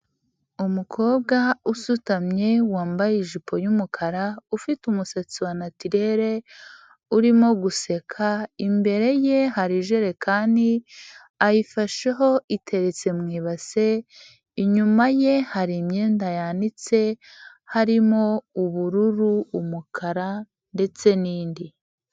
Umukobwa usutamye wambaye ijipo y'umukara, ufite umusatsi wa natirere urimo guseka, imbere ye hari jerekani ayifasheho iteretse mu ibase, inyuma ye hari imyenda yanitse harimo ubururu, umukara, ndetse n'indi.